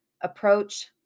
approach